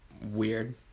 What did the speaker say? weird